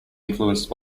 influenced